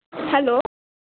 hello